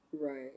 Right